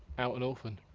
out and orphaned.